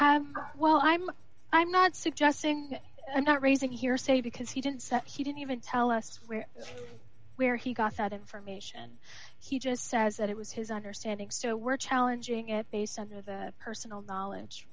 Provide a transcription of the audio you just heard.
more well i'm i'm not suggesting i'm not raising hearsay because he didn't say he didn't even tell us where where he got that information he just says that it was his understanding so we're challenging it based on their the personal knowledge